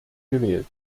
gewählt